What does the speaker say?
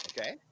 Okay